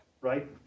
right